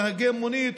נהגי מונית,